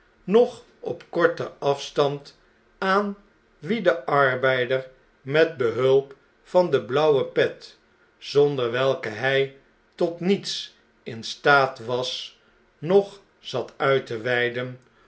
nog op korten afstand aan wie de arbeider met behulp van de blauwe pet zonder welke hij tot niets in staat was nog zat uit te weiden